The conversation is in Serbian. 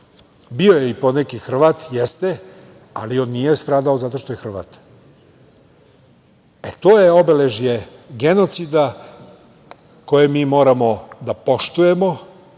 Bio je i poneki Hrvat, jeste, ali on nije stradao zato što je Hrvat.E, to je obeležje genocida koje mi moramo da poštujemo